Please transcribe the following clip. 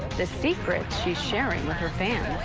the secret to share it with her fans.